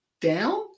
down